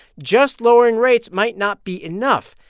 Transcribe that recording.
just lowering rates might not be enough.